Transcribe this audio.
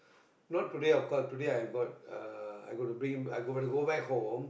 not today of course today I got uh I got to bring him I got to go back home